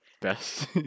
Best